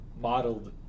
modeled